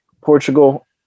Portugal